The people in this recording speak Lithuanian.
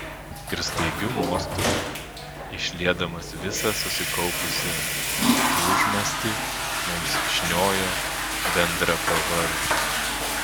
ir staigiu mostu išliedamas visą susikaupusią tūžmastį mums šniojo bendrapavardžiui